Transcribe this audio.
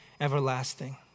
everlasting